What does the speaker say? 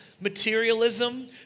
materialism